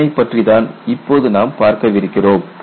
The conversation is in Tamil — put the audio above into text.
அதனைப் பற்றி தான் இப்போது நாம் பார்க்கவிருக்கிறோம்